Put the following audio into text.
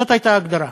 זאת הייתה ההגדרה.